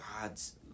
God's